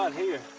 here.